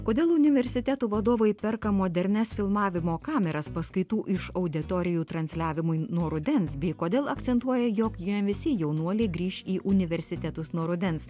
kodėl universitetų vadovai perka modernias filmavimo kameras paskaitų iš auditorijų transliavimui nuo rudens bei kodėl akcentuoja jog jiem visi jaunuoliai grįš į universitetus nuo rudens